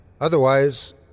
Otherwise